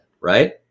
right